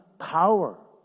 power